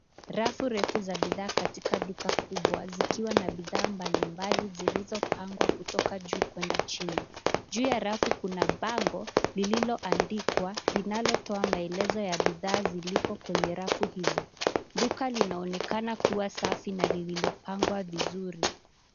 Rafu refu za bidhaa katika duka kubwa zikiwa na bidhaa mbalimbali zilizopangwa kutoka juu kwenda chini. Juu ya rafu kuna bango lilioandikwa, linalotoa maelezo ya bidhaa zilipo kwenye rafu hizo. Duka linaonekana kuwa safi na liliopangwa vizuri.